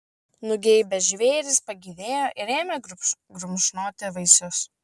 nugeibę žvėrys pagyvėjo ir ėmė grumšnoti vaisius